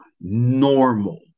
normal